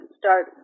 start